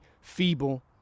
feeble